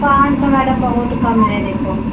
पाँच सौ मैडम बहुत कम है देखो